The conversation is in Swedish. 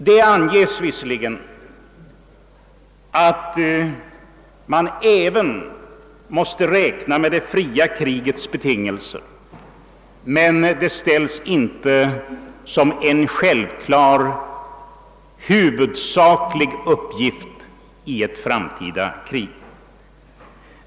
Det anges visserligen att man även måste räkna med det fria krigets be tingelser, men detta framställs inte som en självklar, huvudsaklig uppgift i ett framtida krig.